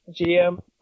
GM